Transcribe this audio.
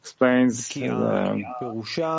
explains